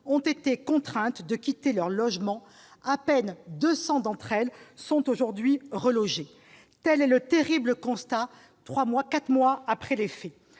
ont été contraints de quitter leur logement. À peine 200 d'entre eux sont aujourd'hui relogés. Tel est le terrible constat quatre mois après les faits.